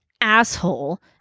asshole